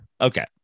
okay